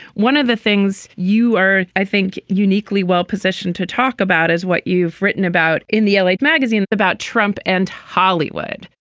one of the things you are i think uniquely well positioned to talk about is what you've written about in the elite magazines about trump and hollywood.